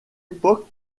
époque